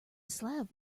slab